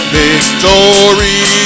victory